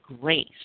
grace